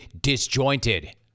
disjointed